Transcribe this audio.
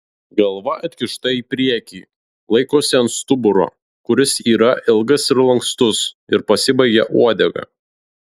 galva atkišta į priekį laikosi ant stuburo kuris yra ilgas ir lankstus ir pasibaigia uodega